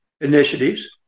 initiatives